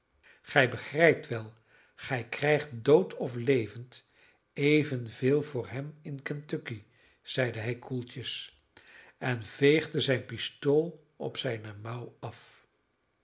gij begrijpt wel gij krijgt dood of levend evenveel voor hem in kentucky zeide hij koeltjes en veegde zijn pistool op zijne mouw af